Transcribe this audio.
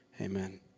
Amen